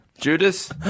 Judas